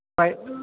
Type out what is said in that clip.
ఫై